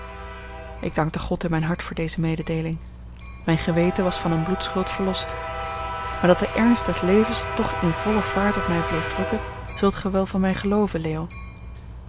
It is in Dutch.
ik dankte god in mijn hart voor deze mededeeling mijn geweten was van eene bloedschuld verlost maar dat de ernst des levens toch in volle zwaarte op mij bleef drukken zult gij wel van mij gelooven